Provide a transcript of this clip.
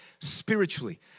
spiritually